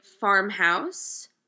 farmhouse